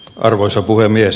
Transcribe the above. arvoisa puhemies